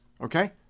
Okay